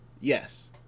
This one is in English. yes